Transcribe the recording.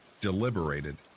deliberated